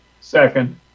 second